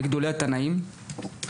מגדולי התנאים.